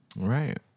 Right